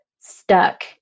stuck